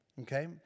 Okay